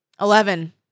Eleven